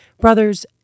brothers